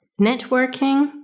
networking